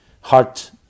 heart